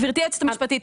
גברתי היועצת המשפטית,